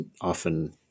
often